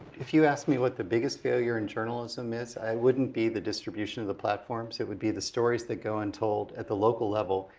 if you asked me what the biggest failure in journalism is, i wouldn't be the distribution of platforms it would be the stories that go untold at the local level,